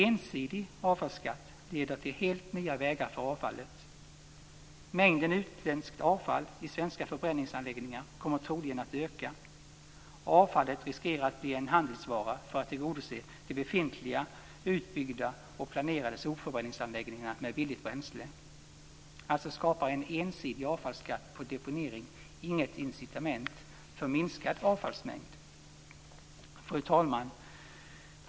Ensidig avfallsskatt leder till helt nya vägar för avfallet. Mängden utländskt avfall i svenska förbränningsanläggningar kommer troligen att öka. Avfallet riskerar att bli en handelsvara för att tillgodose de befintliga, utbyggda och planerade sopförbränningsanläggningarna med billigt bränsle. Alltså skapar en ensidig avfallsskatt på deponering inget incitament till minskad avfallsmängd. Fru talman!